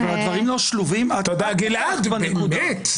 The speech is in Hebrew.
הייתי עושה את זה הנמקת רשות.